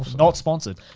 not sponsored,